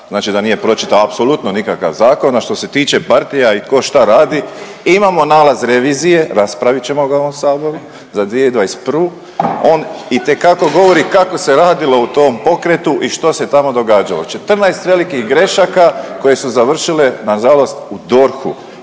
znači da nije pročitao apsolutno nikakav zakon. A što se tiče partija i ko šta radi, imamo nalaz revizije raspravit ćemo ga u ovom Saboru za 2021., on itekako govori kako se radilo u tom pokretu i što se tamo događalo. 14 velikih grešaka koje su završile nažalost u DORH-u